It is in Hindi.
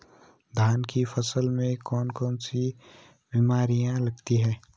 धान की फसल में कौन कौन सी बीमारियां लगती हैं?